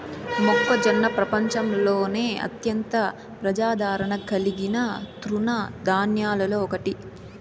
మొక్కజొన్న ప్రపంచంలోనే అత్యంత ప్రజాదారణ కలిగిన తృణ ధాన్యాలలో ఒకటి